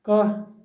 کَہہ